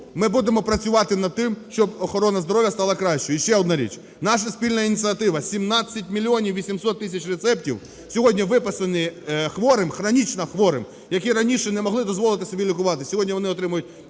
ми будемо працювати над тим, щоб охорона здоров'я стала кращою. І ще одна річ, наша спільна ініціатива – 17 мільйонів 800 тисяч рецептів сьогодні виписані хворим, хронічно хворим, які раніше не могли дозволити собі лікуватися, сьогодні вони отримують